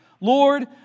Lord